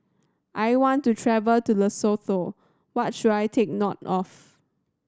I want to travel to Lesotho what should I take note of